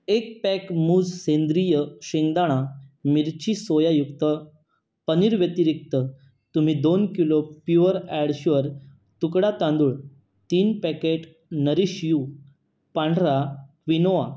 एक पॅक मूझ सेंद्रिय शेंगदाणा मिरची सोयायुक्त पनीर व्यतिरिक्त तुम्ही दोन किलो प्युअर अँड शुअर तुकडा तांदूळ तीन पॅकेट नरीश यू पांढरा क्विनोआवा